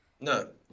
No